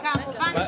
ודאי.